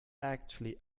actually